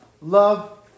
love